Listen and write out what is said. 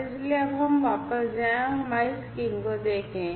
और इसलिए अब हम वापस जाएं और हमारी स्क्रीन को देखें